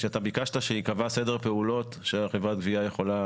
שביקשת שייקבע סדר פעולות שחברת הגבייה יכולה